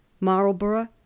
Marlborough